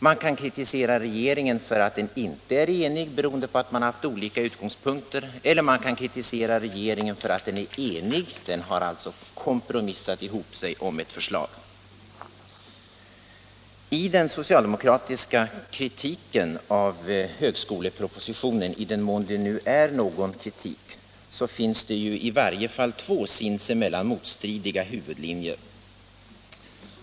Man kan kritisera regeringen för att den inte är enig, beroende på att de i regeringen ingående partierna har haft olika utgångspunkter, eller man kan kritisera regeringen för att den är enig — den har alltså kompromissat ihop sig om ett förslag. I den socialdemokratiska kritiken av högskolepropositionen, i den mån det nu är någon kritik, finns det i varje fall två sinsemellan motstridiga huvudlinjer.